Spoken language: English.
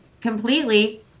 completely